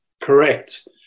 Correct